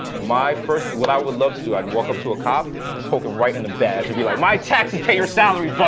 my first what i would love to do i'd walk up to a cop, and poke him right in the badge and be like, my taxes pay your salary, but